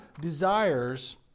desires